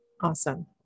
Awesome